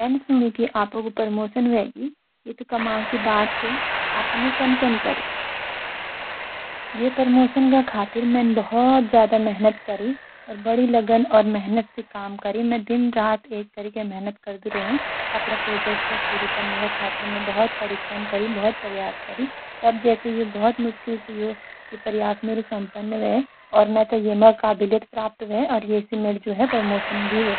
मैन सुनी की आपकू प्रमोशन व्हेगी य त कमाल की बात छ आप यू कन कन करी ये प्रमोशन का खातिर मैंन बहुत ज्यादा मेहनत करी और बड़ी लगन और मेहनत सी काम करी। मैं दिन रात एक करी के मेहनत करदी रहयु। अप्डा प्रोजेक्ट के पूरा कन का खातिर मैंन बहुत परिश्रम करी और बहुत प्रयास करी तब जे के यू प्रयास मेरू संपन्न वाई और मेक ये म काबिलियत प्राप्त व्हाई और एसी मेरू प्रमोशन भी व्हाई।